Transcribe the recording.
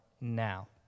now